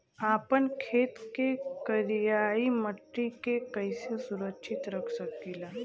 आपन खेत के करियाई माटी के कइसे सुरक्षित रख सकी ला?